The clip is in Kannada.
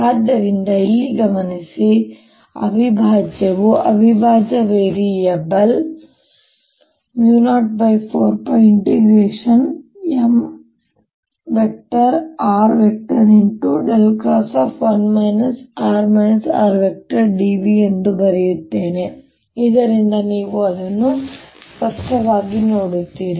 ಆದ್ದರಿಂದ ಇಲ್ಲಿ ಗಮನಿಸಿ ಅವಿಭಾಜ್ಯವು ಅವಿಭಾಜ್ಯ variable Ar04πMr×r rr r3dV04πMr×1r rdV ಎಂದು ಬರೆಯುತ್ತೇನೆ ಇದರಿಂದ ನೀವು ಅದನ್ನು ಸ್ಪಷ್ಟವಾಗಿ ನೋಡುತ್ತೀರಿ